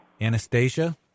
Anastasia